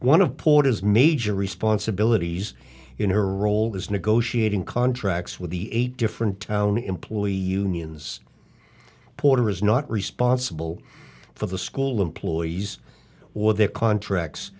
one of porter's major responsibilities in her role as negotiating contracts with the eight different town employee unions porter is not responsible for the school employees or their contracts